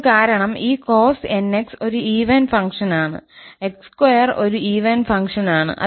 അതിനു കാരണം ഈ cos nx ഒരു ഈവൻ ഫംഗ്ഷനാണ് x2 ഒരു ഈവൻ ഫംഗ്ഷനാണ്